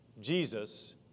Jesus